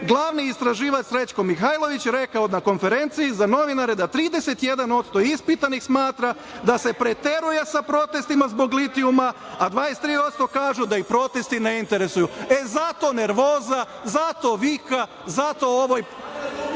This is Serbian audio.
Glavni istraživač Srećko Mihajlović rekao na konferenciji za novinare da 31% ispitanih smatra da se preteruje sa protestima zbog litijuma, a 23% kažu da ih protesti ne interesuju.E zato nervoza, zato vika, zato ovaj